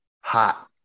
hot